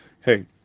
Hey